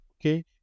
okay